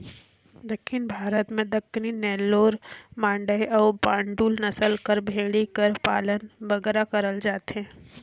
दक्खिन भारत में दक्कनी, नेल्लौर, मांडय अउ बांडुल नसल कर भेंड़ी कर पालन बगरा करल जाथे